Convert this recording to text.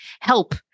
help